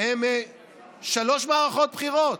הן שלוש מערכות בחירות,